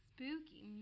Spooky